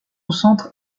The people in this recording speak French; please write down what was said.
centre